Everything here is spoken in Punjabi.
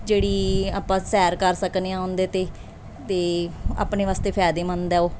ਜਿਹੜੀ ਆਪਾਂ ਸੈਰ ਕਰ ਸਕਦੇ ਹਾਂ ਉਹਦੇ 'ਤੇ ਅਤੇ ਆਪਣੇ ਵਾਸਤੇ ਫ਼ਾਇਦੇਮੰਦ ਹੈ ਉਹ